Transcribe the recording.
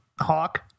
Hawk